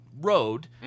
road